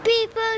People